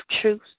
truth